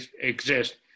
exist